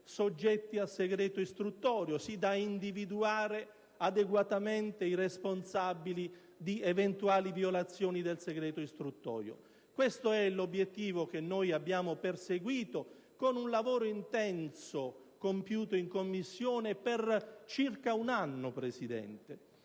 soggetti a segreto istruttorio, così da individuare adeguatamente i responsabili di eventuali violazioni del segreto istruttorio stesso. Questo è l'obiettivo che abbiamo perseguito con un lavoro intenso, compiuto in Commissione per circa un anno, Presidente.